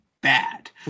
bad